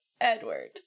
Edward